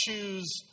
choose